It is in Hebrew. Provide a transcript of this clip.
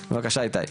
בבקשה, איתי.